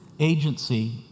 agency